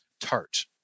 tart